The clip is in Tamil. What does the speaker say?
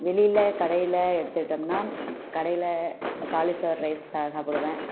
வெளியில கடையில் எடுத்துகிட்டோம்ன்னா கடையில் காலிஃப்ளவர் ரைஸ் சா சாப்பிடுவேன்